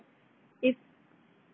if